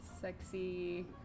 sexy